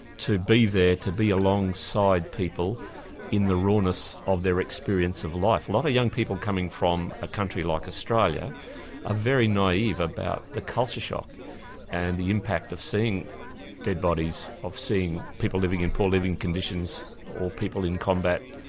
to be there. to be alongside people in the rawness of their experience of life. a lot of young people coming from a country like australia ah very naive about the culture shock and the impact of seeing dead bodies, of seeing people living in poor living conditions, or people in combat.